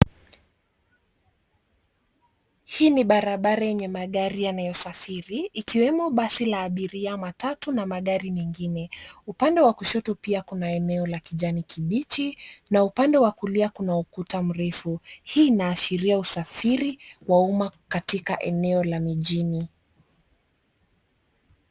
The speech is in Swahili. Hii ni barabara yenye magari yanayosafiri ikiwemo basi la abiria, matatu na magari mengine. Upande wa kushoto pia kuna eneo la kijani kibichi na upande wa kulia kuna ukuta mrefu. Hii inaashiria usafiri wa umma katika eneo la mijini.